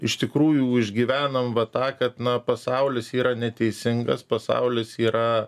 iš tikrųjų išgyvenam va tą kad na pasaulis yra neteisingas pasaulis yra